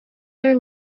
their